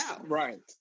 Right